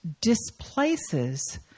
displaces